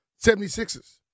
76ers